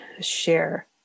share